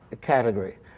category